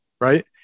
right